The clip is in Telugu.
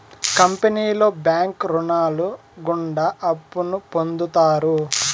కంపెనీలో బ్యాంకు రుణాలు గుండా అప్పును పొందుతారు